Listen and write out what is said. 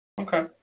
Okay